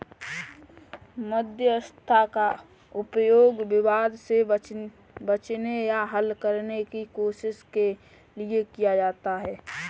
मध्यस्थता का उपयोग विवाद से बचने या हल करने की कोशिश के लिए किया जाता हैं